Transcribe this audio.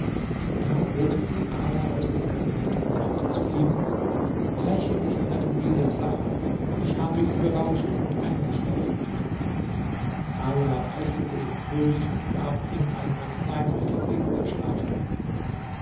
da holte sie ala aus dem kabinett und sagte zu ihm räche dich an deinem widersacher ich habe ihn berauscht und eingeschläfert ala fesselte den könig und gab ihm ein arzneimittel gegen den schlaftrunk